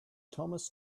thomas